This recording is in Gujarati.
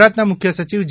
ગુજરાતના મુખ્ય સચિવ જે